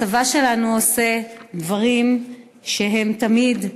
הצבא שלנו עושה דברים שהם תמיד,